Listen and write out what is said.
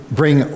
bring